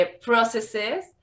processes